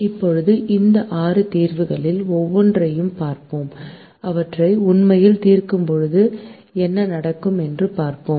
இப்போது இந்த ஆறு தீர்வுகளில் ஒவ்வொன்றையும் பார்ப்போம் அவற்றை உண்மையில் தீர்க்கும் போது என்ன நடக்கும் என்று பார்ப்போம்